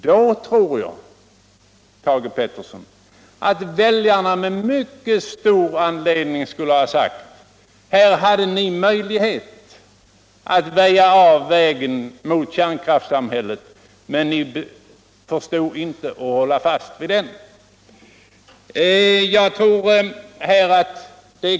Då tror jag, Thage Peterson, alt väljarna med mycket stor anledning skulle ha sagt: Här debatt Allmänpolitisk debatt hade ni möjlighet att väja av vägen mot kärnkraftssamhället, men ni förstod inte att hålla fast vid er målsättning.